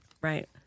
Right